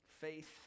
Faith